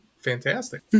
Fantastic